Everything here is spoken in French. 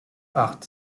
art